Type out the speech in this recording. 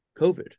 COVID